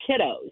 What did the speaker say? kiddos